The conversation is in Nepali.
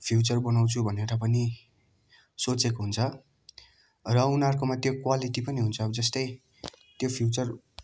फ्युचर बनाउँछु भनेर पनि सोचेको हुन्छ र उनीहरूकोमा त्यो क्वालिटी पनि हुन्छ जस्तै त्यो फ्युचर